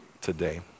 today